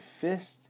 fist